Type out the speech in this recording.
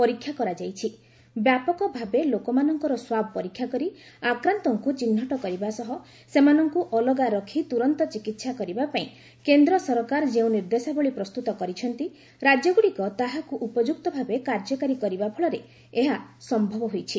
ପରୀକ୍ଷା ବ୍ୟାପକ ଭାବେ ଲୋକମାନଙ୍କର ସ୍ୱାବ ପରୀକ୍ଷା କରି ଆକ୍ରାନ୍ତଙ୍କୁ ଚିହ୍ନଟ କରିବା ସହ ସେମାନଙ୍କୁ ଅଲଗା ରଖି ତୁରନ୍ତ ଚିକିତ୍ସା କରିବା ପାଇଁ କେନ୍ଦ୍ର ସରକାର ଯେଉଁ ନିର୍ଦ୍ଦେଶାବଳୀ ପ୍ରସ୍ତୁତ କରିଛନ୍ତି ରାଜ୍ୟଗୁଡ଼ିକ ତାହାକୁ ଉପଯୁକ୍ତ ଭାବେ କାର୍ଯ୍ୟକାରୀ କରିବା ଫଳରେ ଏହା ସମ୍ଭବ ହୋଇଛି